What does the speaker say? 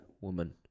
woman